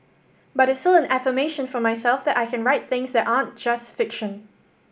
but it's affirmation for myself that I can write things that aren't just fiction